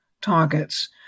targets